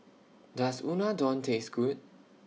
Does Unadon Taste Good